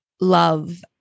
love